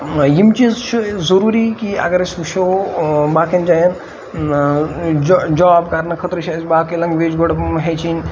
یِم چیٖز چھُ ضروٗری کہِ اگر أسۍ وٕچھو باقٕیَن جایَن جاب کَرنہٕ خٲطرٕ چھِ اَسہِ باقٕے لنٛگویج گۄڈٕ ہیٚچھِنۍ